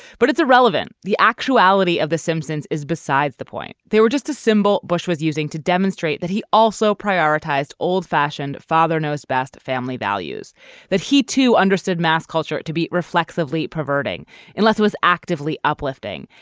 but it's irrelevant. the actuality of the simpsons is besides the point. there were just a symbol bush was using to demonstrate that he also prioritized old fashioned father knows best family values that he too understood mass culture to be reflexively perverting unless was actively uplifting.